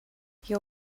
your